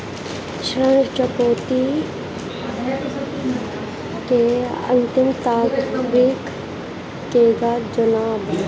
ऋण चुकौती के अंतिम तारीख केगा जानब?